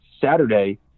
Saturday